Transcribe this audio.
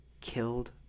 killed